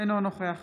אינו נוכח